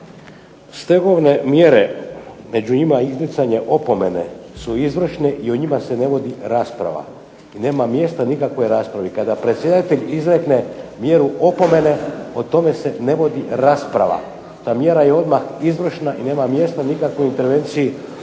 stegovne mjere, među njima izricanje opomene su izvršne i o njima se ne vodi rasprava. Nema mjesta nikakvoj raspravi. Kada predsjedatelj izrekne mjeru opomene o tome se ne vodi rasprava, ta mjera je odmah izvršna i nema mjesta nikakvoj intervenciji